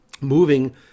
moving